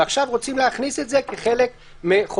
עכשיו רוצים להכניס את זה כחלק מחוק